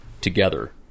together